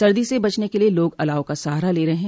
सर्दी से बचने के लिये लोग अलाव का सहारा ले रहे हैं